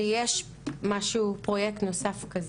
יש פרויקט נוסף,